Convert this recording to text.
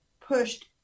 pushed